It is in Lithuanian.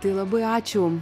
tai labai ačiū